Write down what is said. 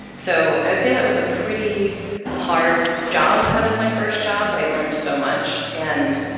so i'd say that was a pretty hard job to have as my first job, but i learned so much. and,